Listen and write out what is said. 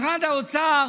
משרד האוצר